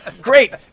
great